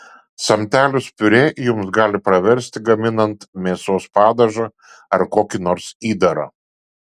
samtelis piurė jums gali praversti gaminant mėsos padažą ar kokį nors įdarą